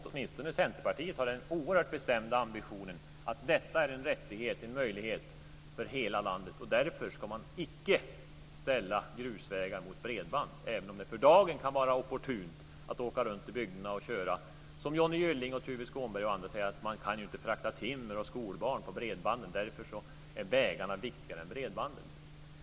Åtminstone har Centerpartiet den oerhört bestämda ambitionen att detta är en rättighet, en möjlighet för hela landet, och därför ska man icke ställa grusvägar mot bredband, även om det för dagen kan vara opportunt att åka runt i bygderna och köra som Johnny Gylling, Tuve Skånberg och andra och säga att man inte kan frakta timmer och skolbarn på bredbanden. Därför är vägarna viktigare än bredbanden.